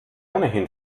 ohnehin